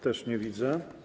Też nie widzę.